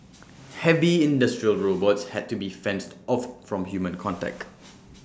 heavy industrial robots had to be fenced off from human contact